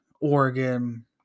Oregon